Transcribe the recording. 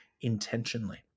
intentionally